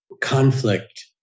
conflict